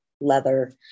leather